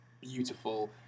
beautiful